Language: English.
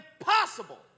impossible